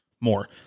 more